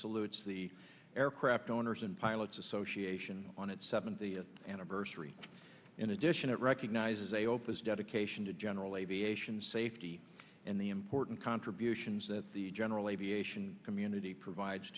salutes the aircraft owners and pilots association on its seventh anniversary in addition it recognizes a opus dedication to general aviation safety and the important contributions that the general aviation community provides